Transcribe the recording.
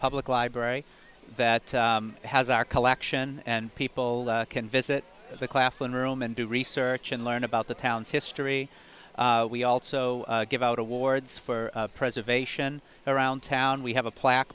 public library that has our collection and people can visit the claflin room and do research and learn about the town's history we also give out awards for preservation around town we have a plaque